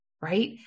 right